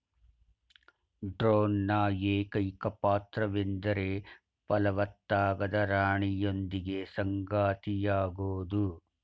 ಡ್ರೋನ್ನ ಏಕೈಕ ಪಾತ್ರವೆಂದರೆ ಫಲವತ್ತಾಗದ ರಾಣಿಯೊಂದಿಗೆ ಸಂಗಾತಿಯಾಗೋದು